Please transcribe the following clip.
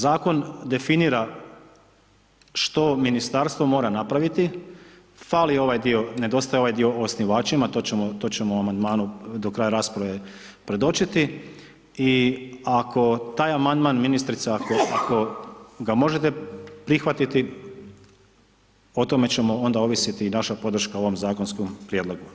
Zakon definira što ministarstvo mora napraviti, fali ovaj dio, nedostaje ovaj dio o osnivačima, to ćemo u amandmanu do kraja rasprave predočiti i ako taj amandman ministrica, ako ga možete prihvatiti, o tome će onda ovisiti i naša podrška ovom zakonskom prijedlogu.